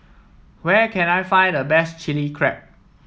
where can I find the best Chili Crab